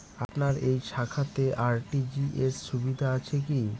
আপনার এই শাখাতে আর.টি.জি.এস সুবিধা আছে কি?